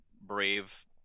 brave